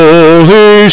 Holy